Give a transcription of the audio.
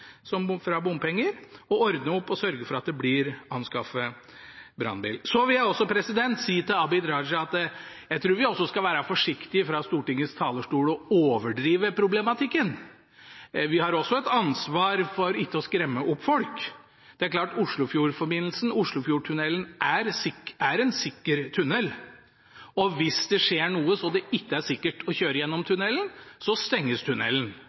og sørge for at det blir anskaffet brannbil – selvsagt da av penger som er krevd inn som bompenger. Jeg vil også si til Abid Raja at jeg tror vi fra Stortingets talerstol skal være forsiktig med å overdrive problematikken. Vi har også et ansvar for ikke å skremme opp folk. Det er klart at Oslofjordforbindelsen – Oslofjordtunnelen – er en sikker tunnel. Hvis det skjer noe slik at det ikke er sikkert å kjøre gjennom tunnelen, stenges